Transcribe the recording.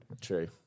True